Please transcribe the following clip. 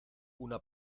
una